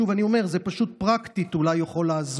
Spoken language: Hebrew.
שוב, אני אומר, זה פשוט פרקטית יכול לעזור.